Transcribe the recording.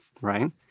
right